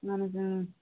اَہَن حظ اۭں